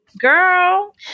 girl